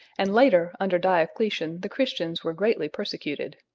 and later under diocletian the christians were greatly persecuted.